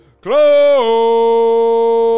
close